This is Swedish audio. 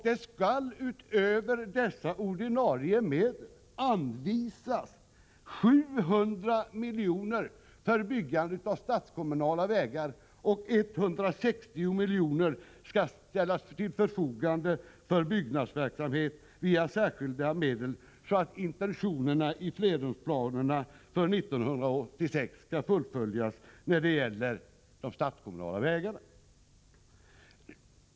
Det skall utöver dessa ordinarie medel anvisas 700 milj.kr. för byggande av statskommunala vägar, och via särskilda medel skall 160 milj.kr. ställas till förfogande för byggnadsverksamhet, så att intentionerna för år 1986 i flerårsplanerna fullföljs.